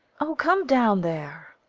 oh, come down there!